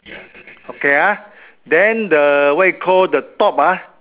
okay ah then the what you call the top ah